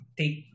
take